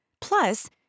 Plus